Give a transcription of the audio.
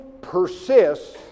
persists